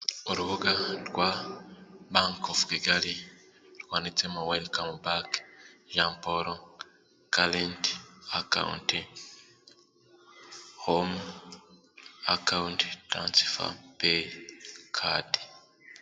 Urubuga rwa banki ovu Kugali rwanditsemo welicamu baki Jean Paul kalenti akawunti homu akawunti tiransifa payi kadi.